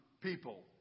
people